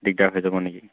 দিগদাৰ হৈ যাব নে কি